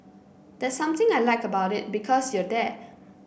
there's something I like about it because you're there